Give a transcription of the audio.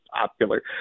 popular